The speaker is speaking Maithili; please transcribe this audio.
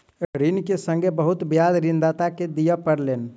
ऋण के संगै बहुत ब्याज ऋणदाता के दिअ पड़लैन